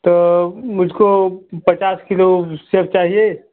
तो मुझको पचास किलो सेब चाहिए